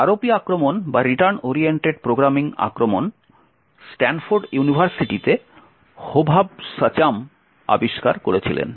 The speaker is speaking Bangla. সুতরাং ROP আক্রমণ বা রিটার্ন ওরিয়েন্টেড প্রোগ্রামিং আক্রমণ স্ট্যানফোর্ড ইউনিভার্সিটিতে হোভাভ শচাম আবিষ্কার করেছিলেন